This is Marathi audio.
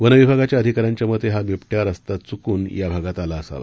वनविभागाच्या अधिकाऱ्यांच्या मते हा बिबट्या रस्ता चुकून या भागात आला असावा